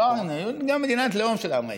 נכון.